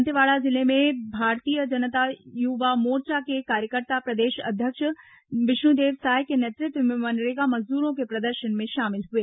दंतेवाड़ा जिले में भारतीय जनता युवा मोर्चा के कार्यकर्ता प्रदेश अध्यक्ष विष्णुदेव साय के नेतृत्व में मनरेगा मजदूरों के प्रदर्शन में शामिल हुए